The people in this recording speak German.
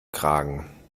kragen